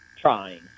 trying